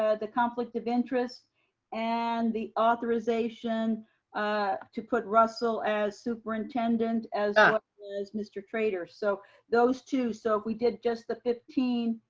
ah the conflict of interest and the authorization to put russell as superintendent as ah well as mr. trader. so those two. so if we did just the fifteen,